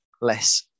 less